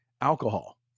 alcohol